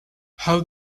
how